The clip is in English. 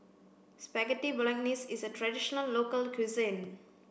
Spaghetti Bolognese is a traditional local cuisine